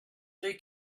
they